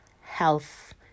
health